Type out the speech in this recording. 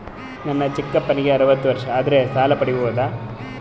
ನನ್ನ ಚಿಕ್ಕಪ್ಪನಿಗೆ ಅರವತ್ತು ವರ್ಷ ಆದರೆ ಸಾಲ ಪಡಿಬೋದ?